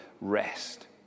rest